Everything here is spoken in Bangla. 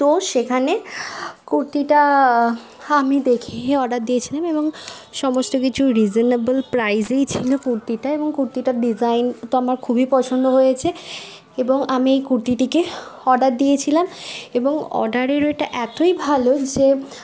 তো সেখানে কুর্তিটা আমি দেখেই অর্ডার দিয়েছিলাম এবং সমস্ত কিছুই রিজেনেবেল প্রাইসেই ছিল কুর্তিটা এবং কুর্তিটার ডিজাইনটা আমার খুবই পছন্দ হয়েছে এবং আমি এই কুর্তিটিকে অর্ডার দিয়েছিলাম এবং অর্ডারের ওইটা এতই ভালো যে